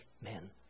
men